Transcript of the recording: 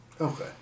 Okay